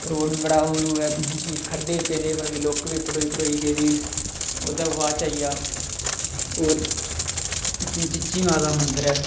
road ऐ की खड्ढे पेई पेई गेदे लुक्क बी पटोई पटोई गेदी ओह्दे बाद च आई गेआ होर जि'यां चीची माता दा मंदर ऐ